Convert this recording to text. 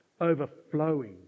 overflowing